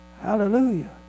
Hallelujah